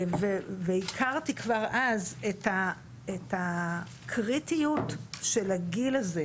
והכרתי כבר אז את הקריטיות של הגיל הזה,